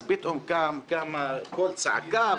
אז פתאום קמה קול צעקה,